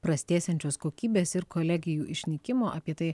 prastėjančios kokybės ir kolegijų išnykimo apie tai